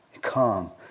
Come